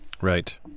Right